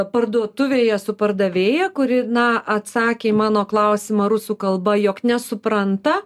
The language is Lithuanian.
parduotuvėje su pardavėja kuri na atsakė į mano klausimą rusų kalba jog nesupranta